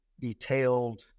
detailed